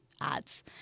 ads